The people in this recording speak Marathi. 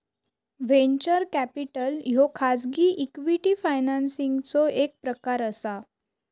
व्हेंचर कॅपिटल ह्यो खाजगी इक्विटी फायनान्सिंगचो एक प्रकार असा